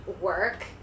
work